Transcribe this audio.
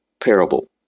parable